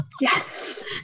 Yes